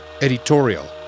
Editorial